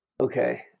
Okay